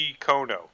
Kono